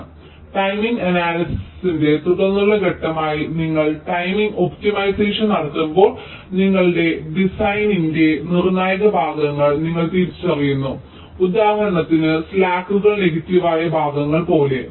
അതിനാൽ ടൈമിംഗ് അനാലിസിസിന്റെ തുടർന്നുള്ള ഘട്ടമായി നിങ്ങൾ ടൈമിംഗ് ഒപ്റ്റിമൈസേഷൻ നടത്തുമ്പോൾ നിങ്ങളുടെ ഡിസൈനിന്റെ നിർണായക ഭാഗങ്ങൾ നിങ്ങൾ തിരിച്ചറിയുന്നു ഉദാഹരണത്തിന് സ്ലാക്കുകൾ നെഗറ്റീവ് ആയ ഭാഗങ്ങൾ പോലെ